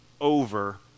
over